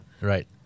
Right